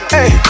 Hey